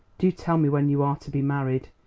do tell me when you are to be married?